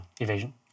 evasion